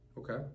Okay